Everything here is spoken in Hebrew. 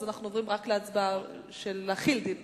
אז אנחנו עוברים רק להצבעה על החלת דין רציפות.